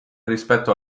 rispetto